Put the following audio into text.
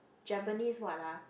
Japanese what ah